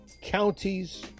counties